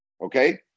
okay